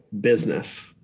business